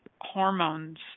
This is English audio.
hormones